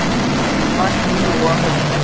बीमा की होअ हई?